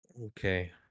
Okay